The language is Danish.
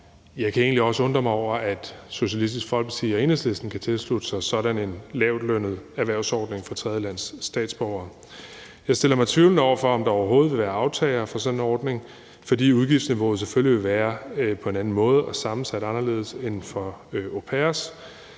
Jeg kan egentlig også undre mig over, at Socialistisk Folkeparti og Enhedslisten kan tilslutte sig sådan en lavtlønnet erhvervsordning for tredjelandsstatsborgere. Jeg stiller mig tvivlende over for, om der overhovedet vil være aftagere til sådan en ordning, fordi udgiftsniveauet selvfølgelig vil være på en anden måde og sammensat anderledes end for au pairer.